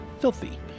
Filthy